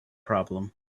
problem